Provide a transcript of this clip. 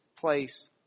place